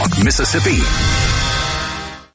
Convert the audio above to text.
Mississippi